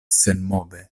senmove